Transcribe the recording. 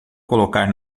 colocar